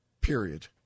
period